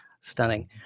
Stunning